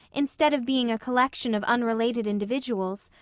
instead of being a collection of unrelated individuals,